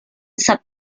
sub